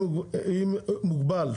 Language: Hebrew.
אם מוגבל,